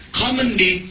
commonly